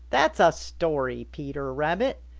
that's a story, peter rabbit.